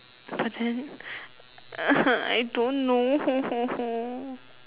but then I don't know